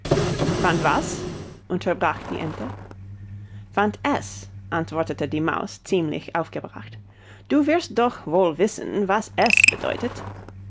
fand was unterbrach die ente fand es antwortete die maus ziemlich aufgebracht du wirst doch wohl wissen was es bedeutet